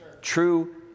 True